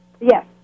Yes